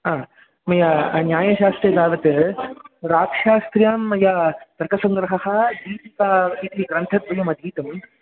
हा मया न्यायशास्त्रे तावत् प्राक्शास्त्र्यां मया तर्कसङ्ग्रहः दीपिका इति ग्रन्थद्वयमधीतं